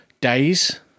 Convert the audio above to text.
days